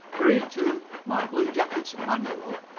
hurrying to my blue jacket's manual,